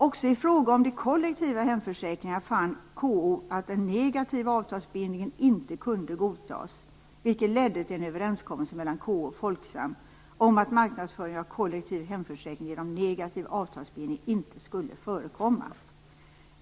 Också i fråga om de kollektiva hemförsäkringarna fann KO att den negativa avtalsbindningen inte kunde godtas, vilket ledde till en överenskommelse mellan KO och Folksam om att marknadsföringen av kollektiv hemförsäkring genom negativ avtalsbindning inte skulle förekomma.